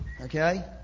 Okay